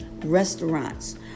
Restaurants